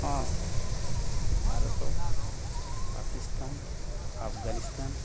ହଁ ଭାରତ ପାକିସ୍ତାନ ଆଫଗାନିସ୍ତାନ